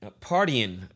partying